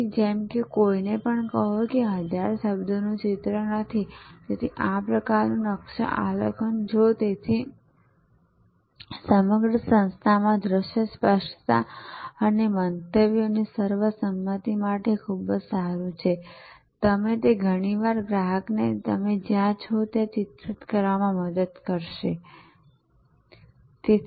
તેથી જેમ કે તે કોઈને પણ કહે છે તે 1000 શબ્દોનું ચિત્ર નથી તેથી આ પ્રકારનું નકશા આલેખન જો તેથી સમગ્ર સંસ્થામાં દ્રશ્ય સ્પષ્ટતા અને મંતવ્યોની સર્વસંમતિ માટે ખૂબ જ સારું છે અને તે ઘણીવાર ગ્રાહકને તમે જ્યાં છો ત્યાં ચિત્રિત કરવામાં મદદ કરે છે